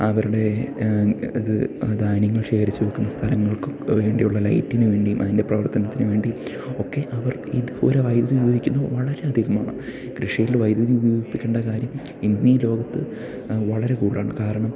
അവരുടെ ഇത് ധാന്യങ്ങൾ ശേഖരിച്ചു വയ്ക്കുന്ന സ്ഥലങ്ങൾക്കൊക്കെ വേണ്ടിയുള്ള ലൈറ്റിനുവേണ്ടിയും അതിൻ്റെ പ്രവർത്തനത്തിനുവേണ്ടിയും ഒക്കെ അവർ ഇതുപോലെ വൈദ്യുതി ഉപയോഗിക്കുന്ന വളരെയധികമാണ് കൃഷിയിൽ വൈദ്യുതി ഉപയോഗിപ്പിക്കേണ്ട കാര്യം ഇന്ന് ഈ ലോകത്ത് വളരെ കൂടുതലാണ് കാരണം